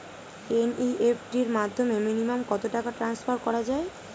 NEFT র মাধ্যমে minimum কত টাকা টান্সফার করা যায়?